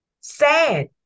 sad